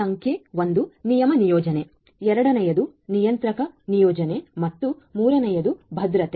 ಸಂಖ್ಯೆ 1 ನಿಯಮ ನಿಯೋಜನೆ ಎರಡನೆಯದು ನಿಯಂತ್ರಕ ನಿಯೋಜನೆ ಮತ್ತು ಮೂರನೆಯದು ಭದ್ರತೆ